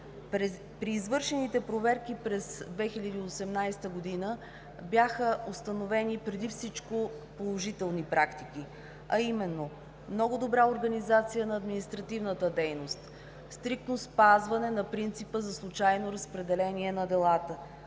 При извършените проверки през 2018 г. бяха установени преди всичко положителни практики, а именно: много добра организация на административната дейност, стриктно спазване на принципа за случайно разпределение на делата,